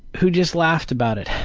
who just laughed about it,